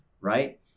right